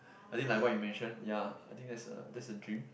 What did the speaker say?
I think like what you mentioned ya I think that's a that's a dream